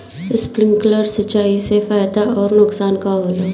Sprinkler सिंचाई से फायदा अउर नुकसान का होला?